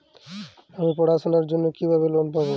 আমি পড়াশোনার জন্য কিভাবে লোন পাব?